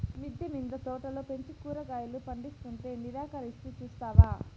మిద్దె మింద తోటలు పెంచి కూరగాయలు పందిస్తుంటే నిరాకరిస్తూ చూస్తావా